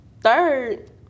Third